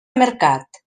mercat